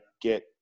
get